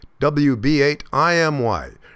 WB8IMY